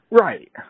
Right